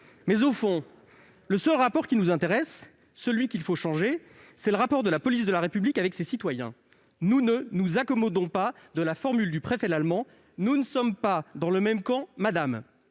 ... Au fond, le seul rapport qui nous intéresse, celui qu'il faut changer, c'est le rapport de la police de la République avec ses citoyens. Nous ne nous accommodons pas de la formule du préfet Lallement :« Nous ne sommes pas dans le même camp, madame.